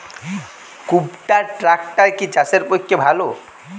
কুবটার ট্রাকটার কি চাষের পক্ষে ভালো?